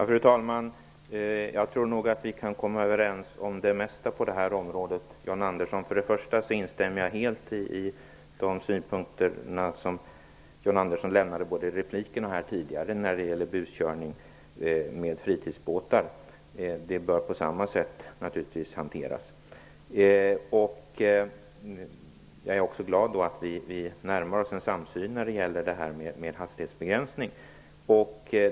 Fru talman! Jag tror nog att vi kan komma överens om det mesta på detta område, John Andersson och jag. Jag instämmer helt i de synpunkter som John Andersson framförde både i repliken och tidigare när det gäller busköring med fritidsbåtar. Det bör naturligtvis hanteras på samma sätt. Jag är också glad att vi närmar oss en samsyn när det gäller hastighetsbegränsning.